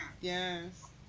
Yes